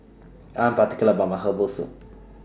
I'm particular about My Herbal Soup